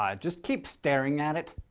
um just keep staring at it.